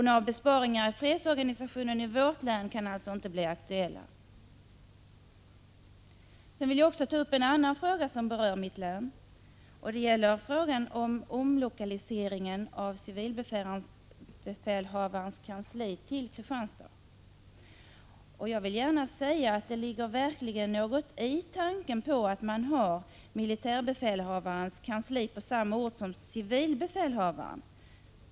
Några besparingar i fredsorganisationen i vårt län kan alltså inte bli aktuella. Jag vill också ta upp en annan fråga som berör mitt län, nämligen frågan om omlokaliseringen av civilbefälhavarens kansli till Kristianstad. Jag vill gärna säga att det verkligen ligger något i tanken på att man har militärbefälhavarens kansli på samma ort som civilbefälhavaren.